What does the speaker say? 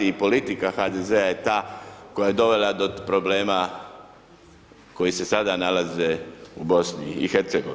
I politika HDZ je ta koja je dovela do problema koji se sada nalaze u BIH.